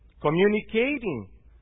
communicating